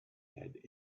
had